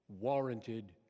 warranted